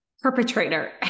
perpetrator